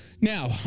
Now